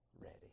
ready